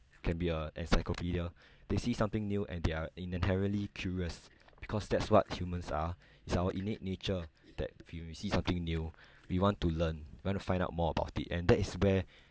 can be a encyclopedia they see something new and they are inherently curious because that's what humans are is our innate nature that if when we see something new we want to learn we want to find out more about it and that is where